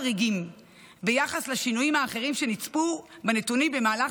חריגים ביחס לשינויים האחרים שנצפו בנתונים במהלך